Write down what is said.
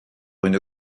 une